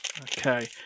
okay